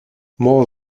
more